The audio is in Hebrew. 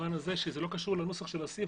במובן הזה שזה שלא קשור לנוסח של הסעיף,